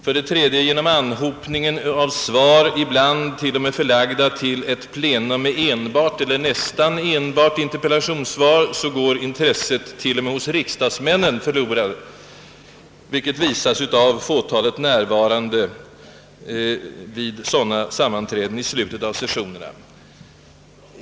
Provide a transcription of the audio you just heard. För det tredje mister t.o.m. riksdagsmännen sitt intresse på grund av mäng den svar, ibland förlagda till ett plenum med enbart eller nästan enbart interpellationssvar, vilket visas av fåtalet närvarande vid sådana sammanträden.